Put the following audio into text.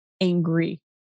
angry